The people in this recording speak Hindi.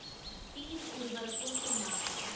तीन उर्वरकों के नाम?